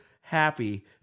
happy